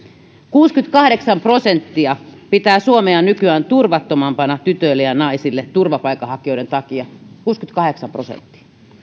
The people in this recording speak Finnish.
kuusikymmentäkahdeksan prosenttia pitää suomea nykyään turvattomampana tytöille ja naisille turvapaikanhakijoiden takia siis kuusikymmentäkahdeksan prosenttia